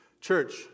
Church